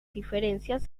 diferencias